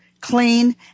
clean